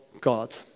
God